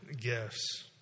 gifts